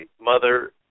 mother